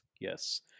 Yes